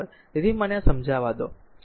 તેથી મને આ સમજાવા દો